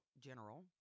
General